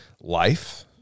life